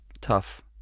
Tough